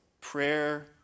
prayer